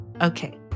Okay